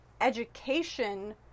education